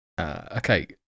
okay